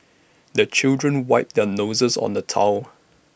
the children wipe their noses on the towel